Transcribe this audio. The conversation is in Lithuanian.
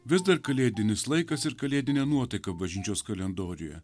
vis dar kalėdinis laikas ir kalėdine nuotaika bažnyčios kalendoriuje